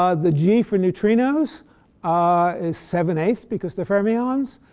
ah the g for neutrinos ah is seven eight because they're fermions.